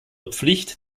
pflicht